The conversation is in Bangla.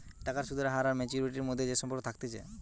টাকার সুদের হার আর ম্যাচুয়ারিটির মধ্যে যে সম্পর্ক থাকতিছে